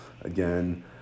Again